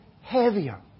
heavier